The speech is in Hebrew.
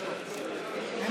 אז